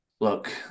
Look